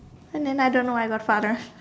and then I don't know I got father